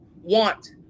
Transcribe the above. want